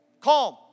calm